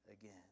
again